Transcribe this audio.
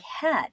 head